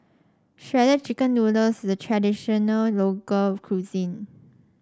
Shredded Chicken Noodles the traditional local cuisine